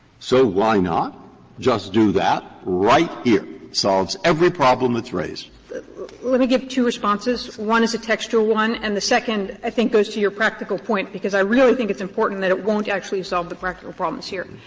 so why not just do that right here? solves every problem that's raised. kovner let me give two responses. one is a textual one, and the second, i think, goes to your practical point because i really think it's important that it won't actually solve the practical problems here.